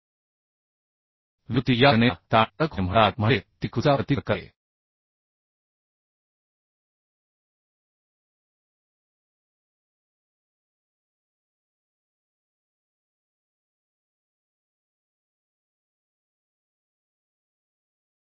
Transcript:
deformation या घटनेला strain कडक होणे म्हणतात म्हणजे ती डीफॉर्मेशनचा प्रतिकार करते